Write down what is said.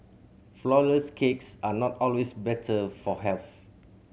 flourless cakes are not always better for health